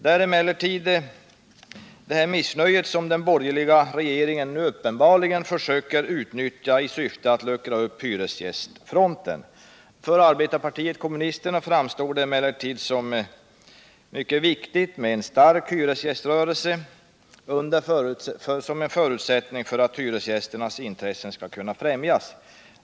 Det är detta missnöje som den borgerliga regeringen nu uppenbarligen försöker utnyttja i syfte att luckra upp hyresgästfronten. För arbetarpartiet kommunisterna framstår det emellertid som mycket viktigt med en stark hyresgäströrelse som en förutsättning för att hyresgästernas intressen skall kunna främjas.